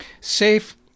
safe